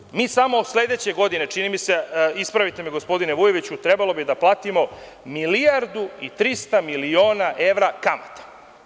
Tako da, mi samo sledeće godine, čini mi se, ispravite me, gospodine Vujoviću, trebalo bi da platimo milijardu i 300 miliona evra kamate.